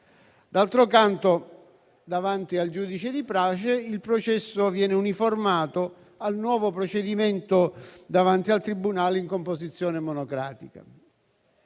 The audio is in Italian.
D'altronde, davanti al giudice di pace il processo viene uniformato al nuovo procedimento davanti al tribunale in composizione monocratica.